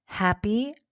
Happy